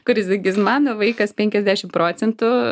kuris sakys mano vaikas penkiasdešim procentų